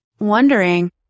wondering